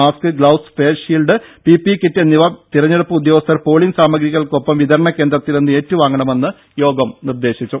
mask gloves face shield P P E kit എന്നിവ തിരഞ്ഞെടുപ്പ് ഉദ്യോഗസ്ഥർ പോളിങ് സാമഗ്രികൾക്കൊപ്പം വിതരണ കേന്ദ്രത്തിൽ നിന്ന് ഏറ്റുവാങ്ങണമെന്ന് യോഗം നിർദേശിച്ചു